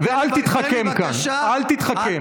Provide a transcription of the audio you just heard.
ואל תתחכם כאן, אל תתחכם.